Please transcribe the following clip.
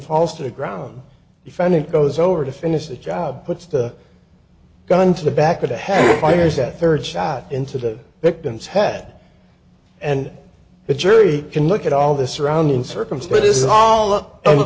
falls to the ground beef and it goes over to finish the job puts the gun to the back of the head fires that third shot into the victim's head and the jury can look at all the surrounding circumstances and all of a